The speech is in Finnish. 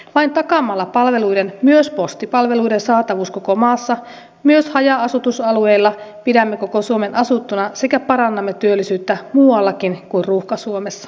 vain takaamalla palveluiden myös postipalveluiden saatavuuden koko maassa myös haja asutusalueilla pidämme koko suomen asuttuna sekä parannamme työllisyyttä muuallakin kuin ruuhka suomessa